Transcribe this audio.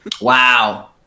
Wow